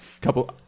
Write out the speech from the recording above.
couple